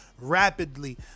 rapidly